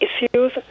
issues